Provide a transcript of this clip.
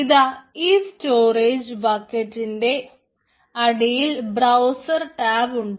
ഇതാ ഈ സ്റ്റോറേജ് ബക്കറ്റിൻറെ അടിയിൽ ബ്രൌസർ ടാബ് ഉണ്ട്